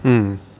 mm